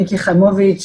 מיקי חיימוביץ',